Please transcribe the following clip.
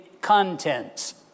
contents